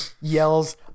yells